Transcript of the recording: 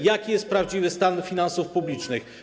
Jaki jest prawdziwy stan finansów publicznych?